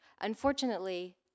Unfortunately